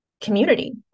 community